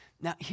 Now